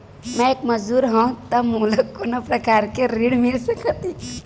मैं एक मजदूर हंव त मोला कोनो प्रकार के ऋण मिल सकत हे का?